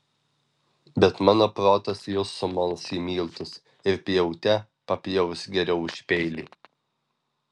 bet mano protas jus sumals į miltus ir pjaute papjaus geriau už peilį